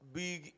big